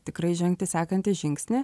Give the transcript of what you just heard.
tikrai žengti sekantį žingsnį